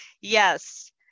Yes